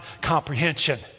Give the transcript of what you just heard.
comprehension